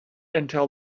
until